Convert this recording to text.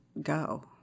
go